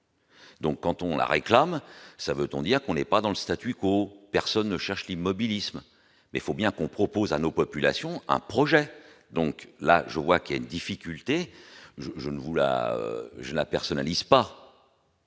Donc quand on la réclame ça veut-on dire qu'on est pas dans le statu quo, personne ne cherche l'immobilisme mais il faut bien qu'on propose à nos populations un projet donc là je vois qu'il y a une difficulté, je je ne vous la